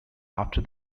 after